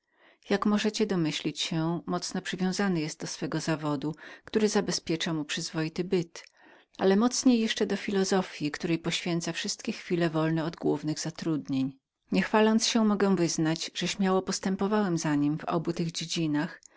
jak możecie domyślić się mocno przywiązany jest do swego powołania które zabezpiecza mu przyzwoity byt ale mocniej jeszcze do filozofji której poświęca wszystkie chwile wolne od głównych zatrudnień nie chwaląc się mogę wyznać że śmiało postępowałem za nim w obu tych